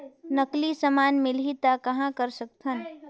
नकली समान मिलही त कहां कर सकथन?